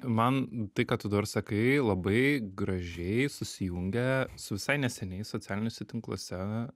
man tai ką tu dabar sakai labai gražiai susijungia su visai neseniai socialiniuose tinkluose